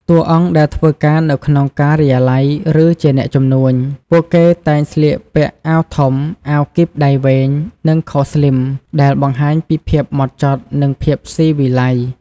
តួអង្គដែលធ្វើការនៅក្នុងការិយាល័យ ឬជាអ្នកជំនួញ ពួកគេតែងស្លៀកពាក់ អាវធំ អាវគីបដៃវែង និងខោស្លីម ដែលបង្ហាញពីភាពម៉ត់ចត់ និងភាពស៊ីវិល័យ។